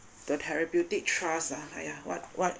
the therapeutic trust ah !aiya! what what